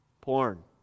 Porn